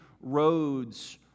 roads